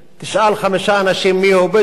תשאל חמישה אנשים מיהו בדואי,